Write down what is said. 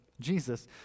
Jesus